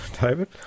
David